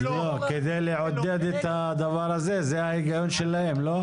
כדי לעודד את זה, זה ההיגיון שלהם, לא?